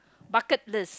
bucket list